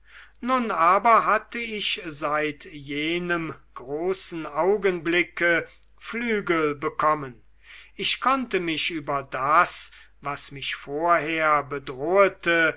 nun hatte ich aber seit jenem großen augenblicke flügel bekommen ich konnte mich über das was mich vorher bedrohete